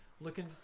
looking